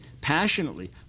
passionately